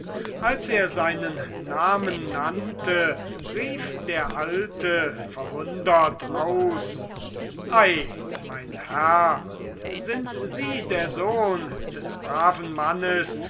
als er seinen namen nannte rief der alte verwundert aus ei mein herr sind sie der sohn des braven mannes